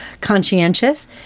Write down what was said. conscientious